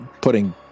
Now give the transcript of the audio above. putting